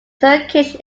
turkish